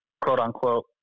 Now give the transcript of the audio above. quote-unquote